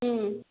ಹ್ಞೂ